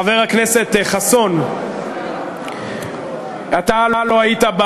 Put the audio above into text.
חבר הכנסת חסון, אתה לא היית.